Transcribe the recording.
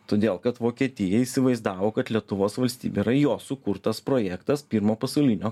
todėl kad vokietija įsivaizdavo kad lietuvos valstybė yra jos sukurtas projektas pirmo pasaulinio